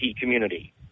community